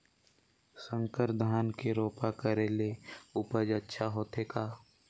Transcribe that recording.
संकर धान के रोपा करे ले उपज अच्छा होथे का?